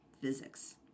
physics